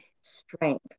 strength